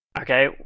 okay